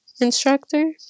instructor